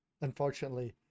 Unfortunately